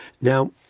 Now